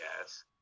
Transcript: Yes